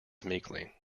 meekly